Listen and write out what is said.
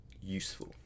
useful